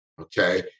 okay